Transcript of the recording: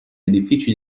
edifici